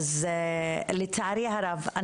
אז לצערי הרב,